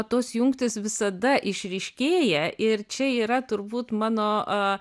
tos jungtys visada išryškėja ir čia yra turbūt mano